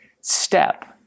step